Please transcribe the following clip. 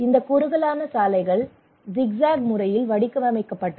இந்த குறுகலான சாலைகள் ஜிக் ஜாக் முறையில் வடிவமைக்கப்பட்டது